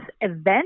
event